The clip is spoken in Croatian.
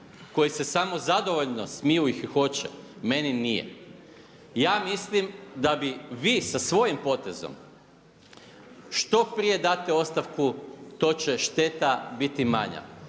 koji se samozadovoljno smiju i hihoće, meni nije. Ja mislim da bi vi sa svojim potezom, što prije date ostavku, to će šteta biti manja.